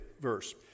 verse